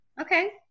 Okay